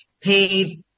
pay